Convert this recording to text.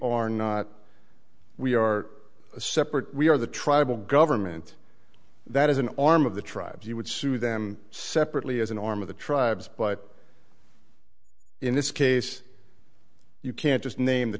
are not we are a separate we are the tribal government that is an arm of the tribe you would sue them separately as an arm of the tribes but in this case you can't just name the